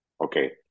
okay